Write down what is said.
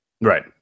Right